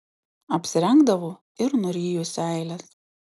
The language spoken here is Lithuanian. apsirengdavau ir nuryju seiles